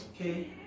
Okay